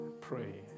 pray